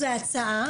זה הצעה.